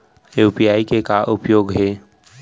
UPI के का उपयोग हे?